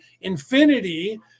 infinity